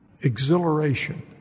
exhilaration